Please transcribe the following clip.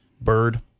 bird